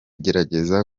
gerageza